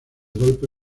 golpe